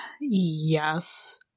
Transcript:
Yes